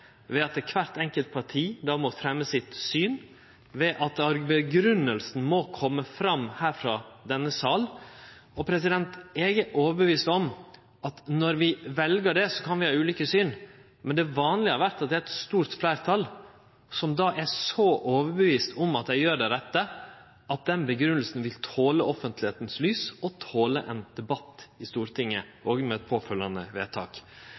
ved at kvart enkelt parti då må fremje sitt syn, og ved at grunngjevinga må kome fram her i denne salen. Eg er overtydd om at når vi vel det, kan vi ha ulike syn, men det vanlege har vore at det er eit stort fleirtal som er så overtydd om at dei gjer det rette, at den grunngjevinga vil tole offentligheita og tole ein debatt i Stortinget – òg med eit påfølgjande vedtak.